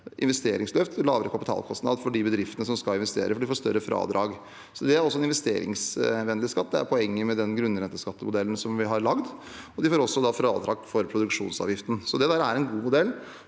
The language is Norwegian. investeringsløft, en lavere kapitalkostnad for de bedriftene som skal investere, for man får større fradrag. Det er en investeringsvennlig skatt. Det er poenget med den grunnrenteskattemodellen vi har lagd. De får også fradrag for produksjonsavgiften, så det er en god modell.